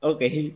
Okay